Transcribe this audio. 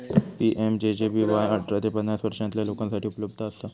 PMJJBY अठरा ते पन्नास वर्षांपर्यंतच्या लोकांसाठी उपलब्ध असा